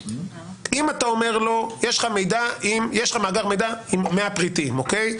אם אתה אומר לו יש לך מאגר מידע עם 100 פריטים אוקיי?